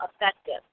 effective